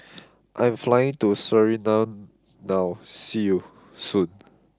I am flying to Suriname now see you soon